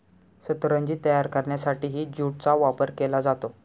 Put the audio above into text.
सतरंजी तयार करण्यासाठीही ज्यूटचा वापर केला जातो